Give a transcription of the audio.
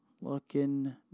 Looking